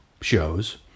shows